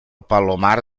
palomar